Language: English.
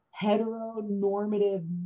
heteronormative